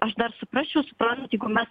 aš dar suprasčiau suprantat jeigu mes